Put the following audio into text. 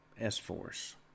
S-Force